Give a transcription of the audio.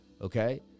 okay